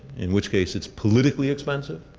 in which case is politically expensive.